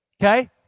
Okay